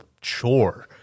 chore